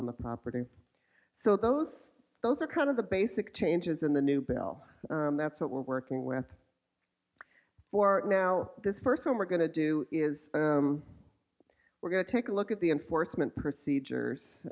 on the property and so those those are kind of the basic changes in the new bill and that's what we're working with for now this first one we're going to do is we're going to take a look at the enforcement procedures